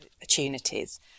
opportunities